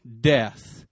death